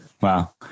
Wow